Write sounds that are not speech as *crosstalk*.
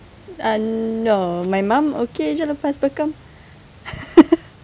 uh no my mum okay sahaja lepas bekam *laughs*